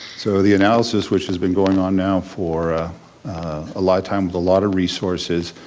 so the analysis, which has been going on now for a lot of time with a lot of resources,